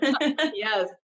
Yes